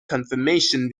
confrontations